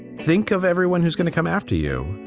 think of everyone who's going to come after you,